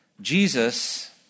Jesus